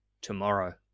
tomorrow